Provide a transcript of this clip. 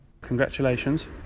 Congratulations